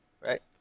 right